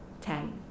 Ten